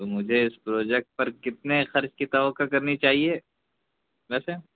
تو مجھے اِس پروجیکٹ پر کتنے خرچ کی توقع کرنی چاہیے ویسے